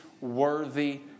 worthy